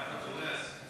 תודה, גברתי היושבת-ראש.